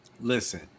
listen